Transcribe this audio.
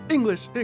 English